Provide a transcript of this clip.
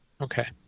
Okay